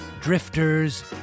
drifters